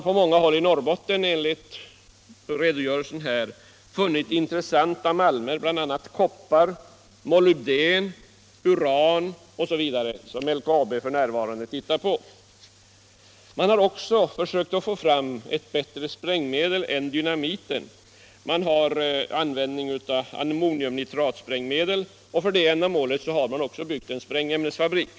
På många håll i Norrbotten har man enligt redogörelsen funnit intressanta malmer innehållande koppar, molybden, uran osv., som LKAB f.n. undersöker. Man har också försökt få fram ett bättre sprängmedel än dynamit, nämligen ammoniumnitratsprängmedel. För detta ändamål har man också byggt en sprängämnesfabrik.